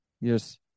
Yes